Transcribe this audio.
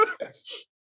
Yes